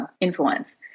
influence